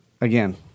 again